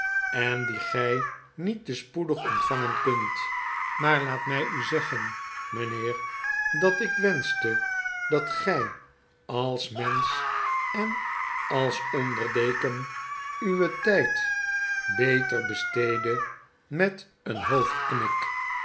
en die gg niet te spoedig ontvaugen kunt maar laat mgu zeggen miinheer dat ik wenschte dat gij als mensch en als onderdeken uwen tgd beter besteeddet met een